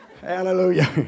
hallelujah